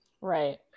Right